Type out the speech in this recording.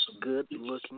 good-looking